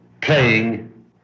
playing